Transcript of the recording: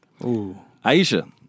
Aisha